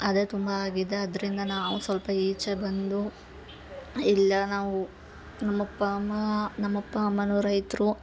ಅದೆ ತುಂಬ ವಿಧ ಅದರಿಂದ ನಾವು ಸ್ವಲ್ಪ ಈಚೆ ಬಂದು ಇಲ್ಲ ನಾವು ನಮ್ಮ ಅಪ್ಪ ಅಮ್ಮ ನಮ್ಮ ಅಪ್ಪ ಅಮ್ಮನು ರೈತರು